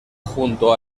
junto